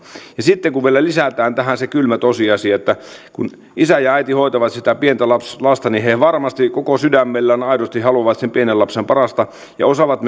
sitten kun vielä lisätään tähän se kylmä tosiasia että kun isä ja äiti hoitavat sitä pientä lasta niin he varmasti koko sydämellään aidosti haluavat sen pienen lapsen parasta ja osaavat